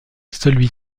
celui